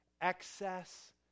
excess